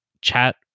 chat